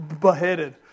beheaded